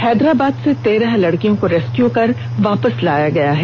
हैदराबाद से तेरह लड़कियों को रेस्क्यू कर वापस लाया गया है